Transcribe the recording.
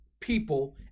people